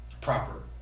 proper